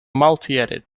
multiedit